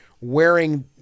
wearing